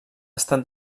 estat